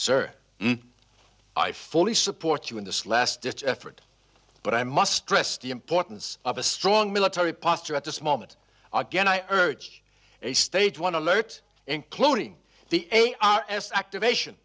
sir i fully support you in this last ditch effort but i must stress the importance of a strong military posture at this moment again i urge a stage one alert including the a r s activation